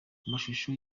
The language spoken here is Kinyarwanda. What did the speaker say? mashusho